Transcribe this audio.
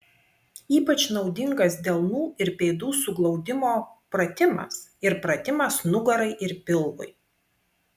ypač naudingas delnų ir pėdų suglaudimo pratimas ir pratimas nugarai ir pilvui